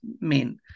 men